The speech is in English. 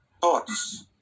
Thoughts